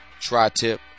Tri-Tip